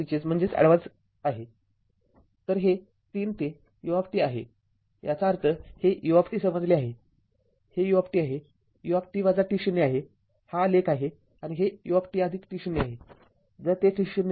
तर हे ३ ते u आहे याचा अर्थहे u समजले आहे हे u आहे हे u आहे हा आलेख आहे आणि हे utt0 आहे